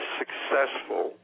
successful